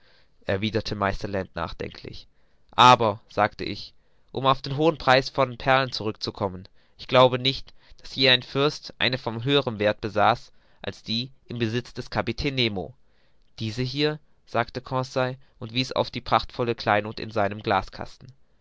erwiderte meister land nachdenklich aber sagte ich um auf den hohen preis von perlen zurück zu kommen ich glaube nicht daß je ein fürst eine von höherem werthe besaß als die im besitz des kapitäns nemo diese hier sagte conseil und wies auf das prachtvolle kleinod in seinem